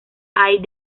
aix